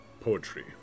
poetry